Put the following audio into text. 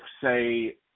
say